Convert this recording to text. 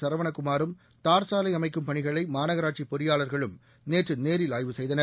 சரவணக்குமாரும் தார்ச்சாலை அமைக்கும் பணிகளை மாநகராட்சிப் பொறியாளர்களும் நேற்று நேரில் ஆய்வு செய்தனர்